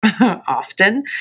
often